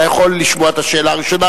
אתה יכול לשמוע את השאלה הראשונה,